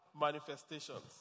manifestations